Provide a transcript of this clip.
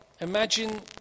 Imagine